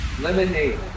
Lemonade